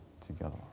together